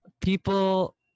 People